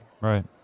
Right